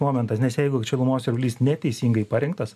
momentas nes jeigu šilumos siurblys neteisingai parengtas